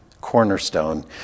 cornerstone